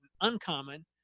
uncommon